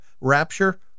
rapture